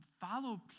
follow